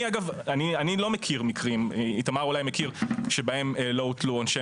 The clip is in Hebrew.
אני אגב לא מכיר מקרים שבהם לא הוטלו עונשי